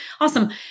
Awesome